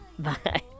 bye